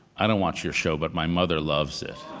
i don't watch your show, but my mother loves it.